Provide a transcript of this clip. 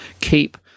keep